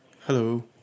Hello